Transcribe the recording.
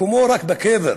מקומו רק בקבר.